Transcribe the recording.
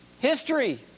History